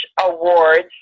awards